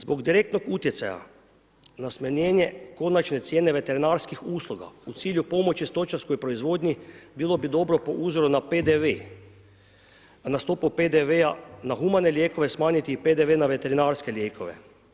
Zbog direktnog utjecaja na smanjenje konačne cijene veterinarskih usluga u cilju pomoći stočarskoj proizvodnji, bilo bi dobro po uzoru na PDV na stopu PDV-a na humane lijekove smanjiti PDV na veterinarske lijekove.